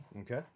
Okay